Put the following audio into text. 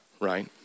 right